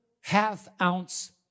half-ounce